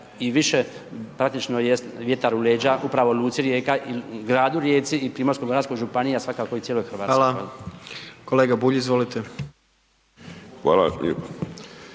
i više praktično jest vjetar u leđa upravo luci Rijeka i gradu Rijeci i Primorsko-goranskoj županiji, a svakako i cijeloj Hrvatskoj. **Jandroković, Gordan (HDZ)** Hvala.